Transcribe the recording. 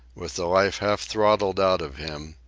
with the life half throttled out of him,